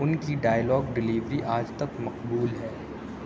ان کی dialogue delivery آج تک مقبول ہے